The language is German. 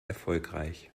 erfolgreich